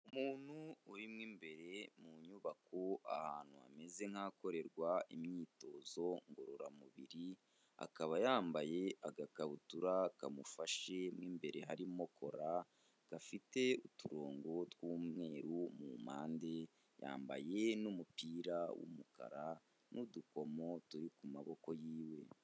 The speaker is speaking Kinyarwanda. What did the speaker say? Umuntu urimo imbere mu nyubako ahantu hameze nk'ahakorerwa imyitozo ngororamubiri, akaba yambaye agakabutura kamufashe mo imbere harimo kora, gafite uturongo tw'umweru mu mpande, yambaye n'umupira w'umukara n'udukomo turi ku maboko yiwe.